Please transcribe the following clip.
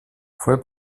fue